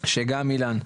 שגם אילן,